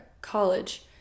college